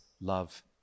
love